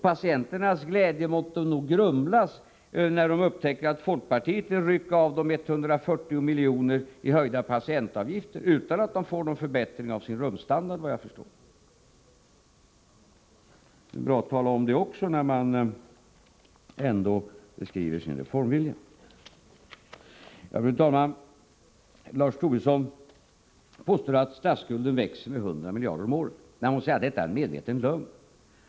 Patienternas glädje måtte grumlas när de upptäcker att folkpartiet vill rycka av dem 140 miljoner i höjda patientavgifter, utan att de, efter vad jag förstår, får någon förbättring av sin rumsstandard. Det vore bra om Jörgen Ullenhag talade om också detta när han beskriver folkpartiets reformvilja. Fru talman! Lars Tobisson påstår att statsskulden växer med 100 miljarder om året. Detta är en medveten lögn.